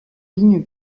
lignes